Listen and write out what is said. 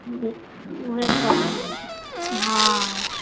ओहे कहली हँ